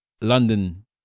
london